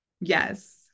yes